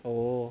oh